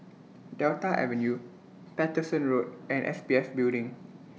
Delta Avenue Paterson Road and S P F Building